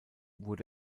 wurde